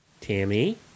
Tammy